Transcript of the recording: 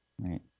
right